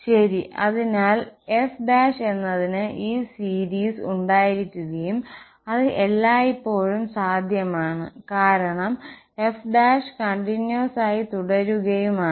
ശരി അതിനാൽ f എന്നതിന് ഈ സീരീസ് ഉണ്ടായിരിക്കുകയും അത് എല്ലായ്പ്പോഴും സാധ്യമാണ് കാരണം f കോണ്ടിനുവേസ് ആയി തുടരുകയുമാണ്